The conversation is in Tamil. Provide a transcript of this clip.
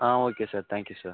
ah okay sir thank you sir